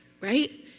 Right